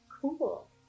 Cool